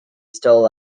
still